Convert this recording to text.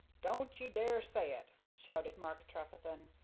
don't ye dare say it! shouted mark trefethen,